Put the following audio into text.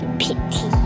pity